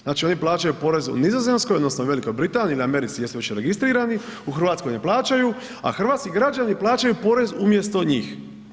Znači, oni plaćaju porez u Nizozemskoj odnosno Velikoj Britaniji ili Americi, gdje su već registrirani, u RH ne plaćaju, a hrvatski građani plaćaju porez umjesto njih.